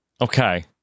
Okay